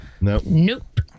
Nope